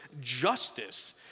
justice